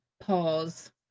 pause